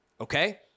okay